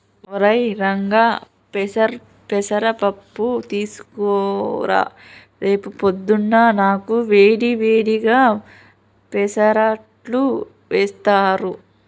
ఒరై రంగా పెసర పప్పు తీసుకురా రేపు పొద్దున్నా నీకు వేడి వేడిగా పెసరట్టు వేస్తారు